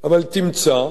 אומנם זה לא קל,